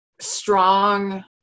strong